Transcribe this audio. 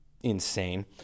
insane